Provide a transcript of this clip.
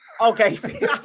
Okay